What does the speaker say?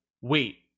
Wait